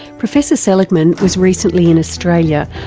professor seligman was recently in australia,